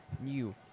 new